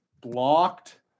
blocked